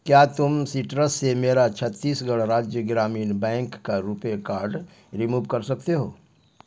کیا تم سٹرس سے میرا چھتیس گڑھ راجیہ گرامین بینک کا روپے کارڈ رموو کر سکتے ہو